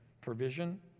provision